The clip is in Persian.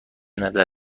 نظر